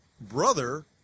brother